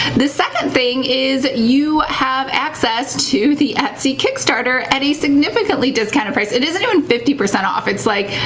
the second thing is you have access to the etsy kickstarter at a significantly discounted price. it isn't even fifty percent off. it's like,